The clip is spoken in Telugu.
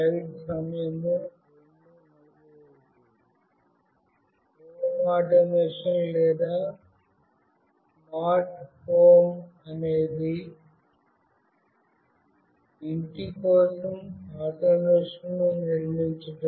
హోమ్ ఆటోమేషన్ లేదా స్మార్ట్ హోమ్ అనేది ఇంటి కోసం ఆటోమేషన్ ను నిర్మించడం